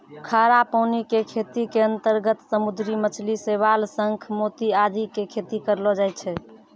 खारा पानी के खेती के अंतर्गत समुद्री मछली, शैवाल, शंख, मोती आदि के खेती करलो जाय छै